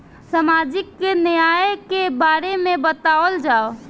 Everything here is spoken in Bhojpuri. सामाजिक न्याय के बारे में बतावल जाव?